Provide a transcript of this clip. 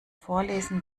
vorlesen